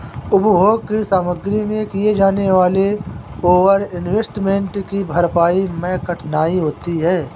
उपभोग की सामग्री में किए जाने वाले ओवर इन्वेस्टमेंट की भरपाई मैं कठिनाई होती है